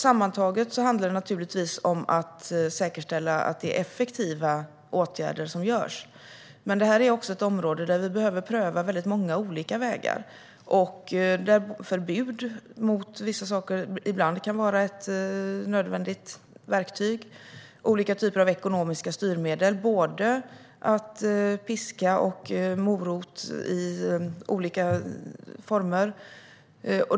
Sammantaget handlar det naturligtvis om att säkerställa att det är effektiva åtgärder som vidtas. Men det här är också ett område där vi behöver pröva väldigt många olika vägar. Förbud mot vissa saker kan ibland vara ett nödvändigt verktyg, liksom olika typer av ekonomiska styrmedel - både piska och morot i olika former.